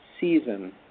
season